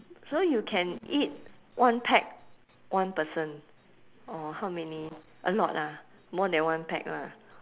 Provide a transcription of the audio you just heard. so you can eat one pack one person or how many a lot ah more than one pack lah